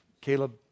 Caleb